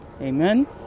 Amen